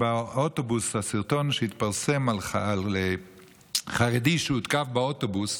הסרטון שהתפרסם על חרדי שהותקף באוטובוס,